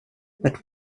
but